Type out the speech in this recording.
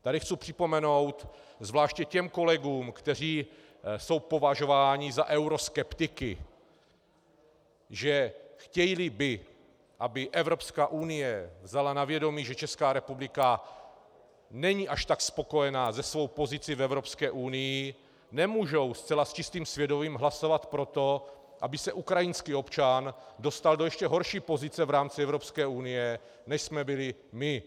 Tady chci připomenout zvláště těm kolegům, kteří jsou považování za euroskeptiky, že chtějíli, aby Evropská unie vzala na vědomí, že Česká republika není až tak spokojená se svou pozicí v Evropské unii, nemůžou zcela s čistým svědomím hlasovat pro to, aby se ukrajinský občan dostal do ještě horší pozice v rámci Evropské unie, než jsme byli my.